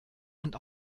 und